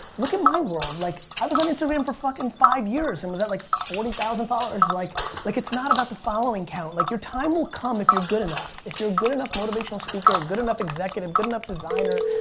look at my world, like i was on instagram for fuckin' five years and was at like forty thousand followers. like like it's not about the following count. like your time will come if you're good enough. if you're a good enough motivational speaker, or good enough executive or good enough designer,